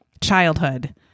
childhood